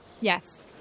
Yes